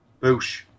boosh